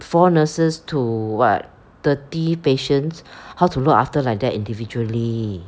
four nurses to what thirty patients how to look after like that individually